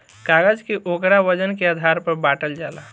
कागज के ओकरा वजन के आधार पर बाटल जाला